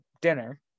dinner